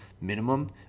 minimum